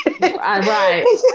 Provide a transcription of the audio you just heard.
Right